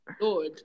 Lord